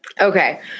okay